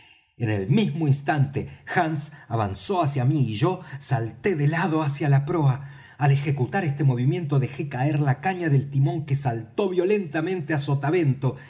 en el mismo instante hands avanzó hacía mí y yo salté de lado hacia la proa al ejecutar este movimiento dejé caer la caña del timón que saltó violentamente á sotavento